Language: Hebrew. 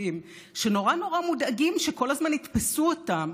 המושחתים שנורא נורא מודאגים שכל הזמן יתפסו אותם